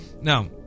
Now